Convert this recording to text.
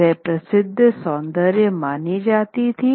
वह प्रसिद्ध सौंदर्य मानी जाती थी